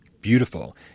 beautiful